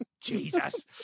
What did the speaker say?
Jesus